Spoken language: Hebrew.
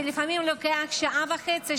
שלפעמים לוקח שעה וחצי,